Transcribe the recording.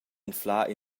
anflar